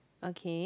okay